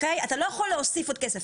אתה לא יכול להוסיף עוד כסף.